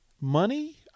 Money